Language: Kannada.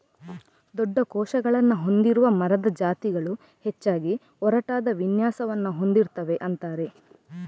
ದೊಡ್ಡ ಕೋಶಗಳನ್ನ ಹೊಂದಿರುವ ಮರದ ಜಾತಿಗಳು ಹೆಚ್ಚಾಗಿ ಒರಟಾದ ವಿನ್ಯಾಸವನ್ನ ಹೊಂದಿರ್ತವೆ ಅಂತಾರೆ